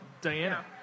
Diana